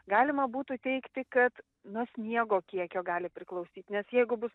galima būtų teigti kad nuo sniego kiekio gali priklausyt nes jeigu bus